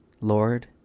Lord